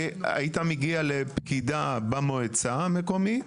היית מגיע לפקידה במועצה המקומית,